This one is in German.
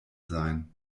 sein